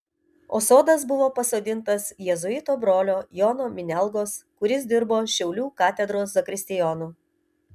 o sodas buvo pasodintas jėzuito brolio jono minialgos kuris dirbo šiaulių katedros zakristijonu